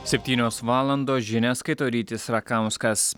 septynios valandos žinias skaito rytis rakauskas